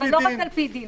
לא רק על פי דין.